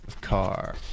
car